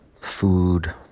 food